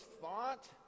thought